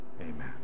amen